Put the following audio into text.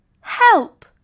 Help